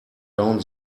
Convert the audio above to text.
down